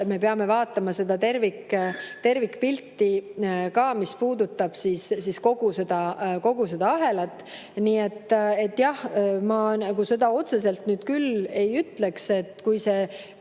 me peame vaatama ka seda tervikpilti, mis puudutab kogu seda ahelat. Nii et jah, ma seda otseselt küll ei ütleks, et kui selles